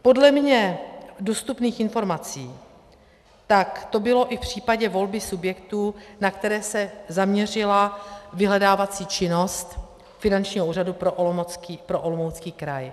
Podle mně dostupných informací tak to bylo i v případě volby subjektů, na které se zaměřila vyhledávací činnost Finančního úřadu pro Olomoucký kraj.